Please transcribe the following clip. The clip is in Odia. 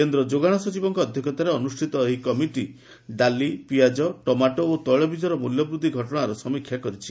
କେନ୍ଦ୍ର ଯୋଗାଣ ସଚିବଙ୍କ ଅଧ୍ୟକ୍ଷତାରେ ଅନୁଷ୍ଠିତ ଏହି କମିଟି ଡାଲି ପିଆଜ ଟମାଟୋ ଓ ତୈଳବୀଜର ମ୍ବଲ୍ୟବୃଦ୍ଧି ଘଟଣାର ସମୀକ୍ଷା କରିଛି